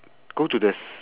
go to the s~